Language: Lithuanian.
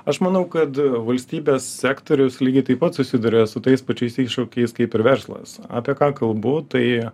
aš manau kad valstybės sektorius lygiai taip pat susiduria su tais pačiais iššūkiais kaip ir verslas apie ką kalbu tai